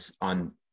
on